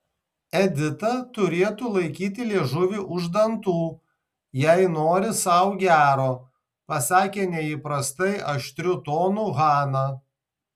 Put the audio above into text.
edita turėtų laikyti liežuvį už dantų jei nori sau gero pasakė neįprastai aštriu tonu hana